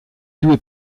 due